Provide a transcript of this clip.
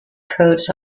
codes